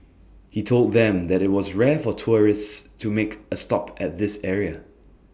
he told them that IT was rare for tourists to make A stop at this area